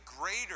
greater